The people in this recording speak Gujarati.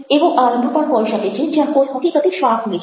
એવો આરંભ પણ હોઈ શકે છે જ્યાં કોઈ હકીકતે શ્વાસ લે છે